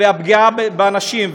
והפגיעה באנשים,